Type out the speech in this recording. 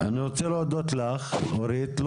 רוצה להודות לך, אורית.